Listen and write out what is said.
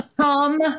Tom